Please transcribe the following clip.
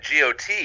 GOT